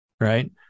right